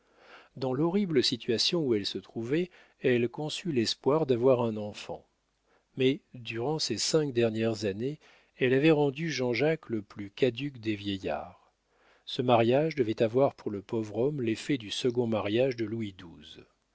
dans l'horrible situation où elle se trouvait elle conçut l'espoir d'avoir un enfant mais durant ces cinq dernières années elle avait rendu jean-jacques le plus caduque des vieillards ce mariage devait avoir pour le pauvre homme l'effet du second mariage de louis